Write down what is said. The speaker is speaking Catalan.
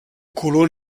color